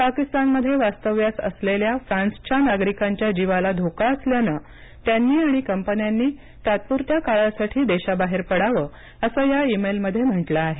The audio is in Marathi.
पाकिस्तानमध्ये वास्तव्यास असलेल्या फ्रान्सच्या नागरिकांच्या जीवाला धोका असल्यानं त्यांनी आणि कंपन्यांनी तात्पुरत्या काळासाठी देशाबाहेर पडावं असं या ईमेलमध्ये म्हटलं आहे